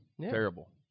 Terrible